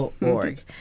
org